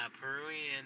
Peruvian